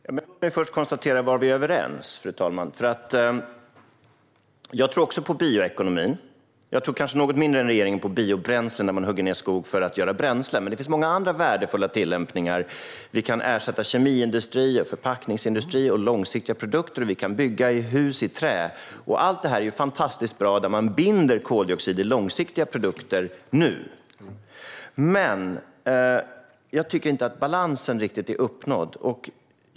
Fru talman! Låt mig först konstatera var ministern och jag är överens. Jag tror också på bioekonomin. Jag tror kanske något mindre än regeringen på biobränsle, där man hugger ned skog för att göra bränsle, men det finns många andra värdefulla tillämpningar. Vi kan ersätta kemiindustri, förpackningsindustri och långsiktiga produkter, och vi kan bygga hus i trä. Allt detta är fantastiskt bra - man binder koldioxid i långsiktiga produkter nu. Jag tycker dock inte att balansen riktigt är uppnådd.